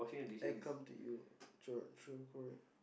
I come to you true true correct